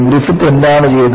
Griffith എന്താണ് ചെയ്തത്